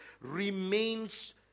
remains